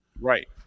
Right